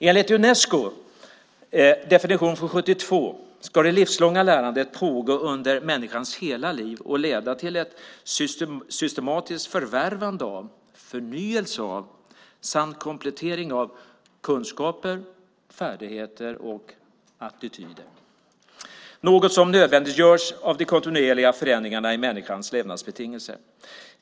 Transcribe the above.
Enligt Unescos definition från 1972 ska det livslånga lärandet pågå under människans hela liv och leda till ett systematiskt förvärvande av, förnyelse av samt komplettering av kunskaper, färdigheter och attityder, något som nödvändiggörs av de kontinuerliga förändringarna i människans levnadsbetingelser.